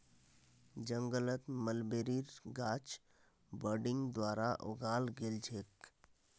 जंगलत मलबेरीर गाछ बडिंग द्वारा उगाल गेल छेक